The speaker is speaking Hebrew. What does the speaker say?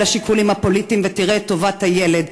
השיקולים הפוליטיים ותראה את טובת הילד.